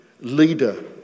leader